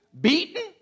beaten